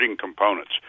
components